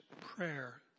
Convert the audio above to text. prayer